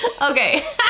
Okay